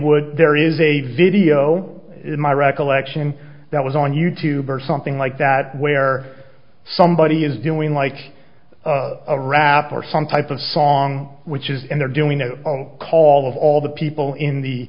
would there is a video in my recollection that was on youtube or something like that where somebody is doing like a rap or some type of song which is in there doing a call of all the people in the